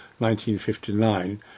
1959